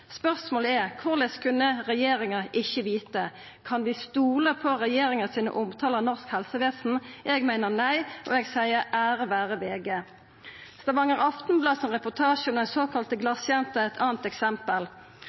Spørsmålet er: Korleis kunne regjeringa ikkje vita? Kan vi stola på regjeringa sin omtale av norsk helsevesen? Eg meiner nei, og eg seier: Ære vera VG! Stavanger Aftenblads reportasje om den såkalla glasjenta er eit anna eksempel.